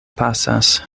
pasas